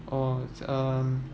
oh um